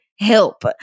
Help